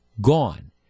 gone